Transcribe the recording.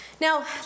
Now